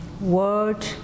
word